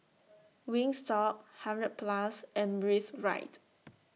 Wingstop hundred Plus and Breathe Right